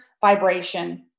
vibration